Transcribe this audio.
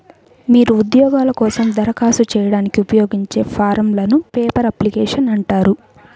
మీరు ఉద్యోగాల కోసం దరఖాస్తు చేయడానికి ఉపయోగించే ఫారమ్లను పేపర్ అప్లికేషన్లు అంటారు